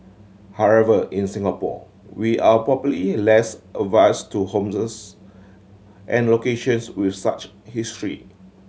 however in Singapore we are probably less averse to homes and locations with such history